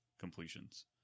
completions